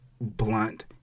blunt